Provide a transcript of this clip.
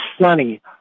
sunny